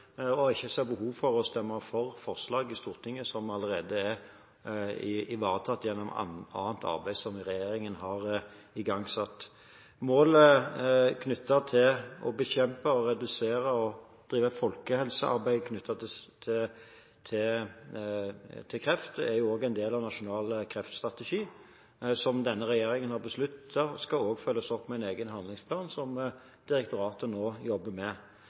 og derfor ikke ser behov for å stemme for forslag i Stortinget som allerede er ivaretatt gjennom annet arbeid som regjeringen har igangsatt. Målet for å bekjempe, redusere og drive folkehelsearbeid om kreft er også en del av nasjonal kreftstrategi, som denne regjeringen har besluttet skal følges opp med en egen handlingsplan, som direktoratet nå jobber med.